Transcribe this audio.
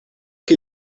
che